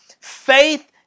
Faith